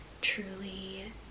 truly